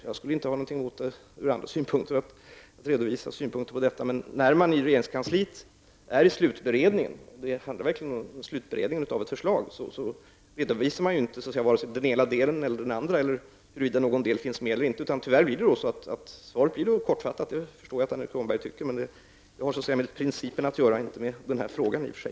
Jag skulle inte ha någonting emot att ur andra synpunkter redovisa detta. Men när man i regeringskansliet är i slutberedningen -- och det handlar verkligen om slutberedningen -- av ett förslag, redovisar man varken den ena delen eller den andra eller om någon del finns med eller inte. Då blir tyvärr svaret kortfattat. Jag förstår att Annika Åhnberg tycker det, men det har med principen att göra och inte med den här frågan i sig.